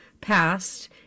passed